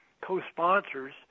co-sponsors